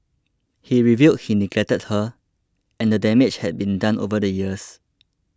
he revealed he neglected her and the damage had been done over the years